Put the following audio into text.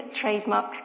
trademark